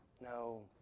No